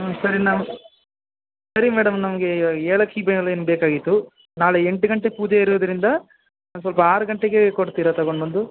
ಹ್ಞೂ ಸರಿ ನಮ್ಮ ಸರಿ ಮೇಡಮ್ ನಮಗೆ ಇವಾಗ ಏಲಕ್ಕಿ ಬಾಳೆಹಣ್ ಬೇಕಾಗಿತ್ತು ನಾಳೆ ಎಂಟು ಗಂಟೆಗೆ ಪೂಜೆ ಇರೋದರಿಂದ ಒಂದು ಸ್ವಲ್ಪ ಆರು ಗಂಟೆಗೇ ಕೊಡ್ತೀರಾ ತೊಗೊಂಡ್ಬಂದು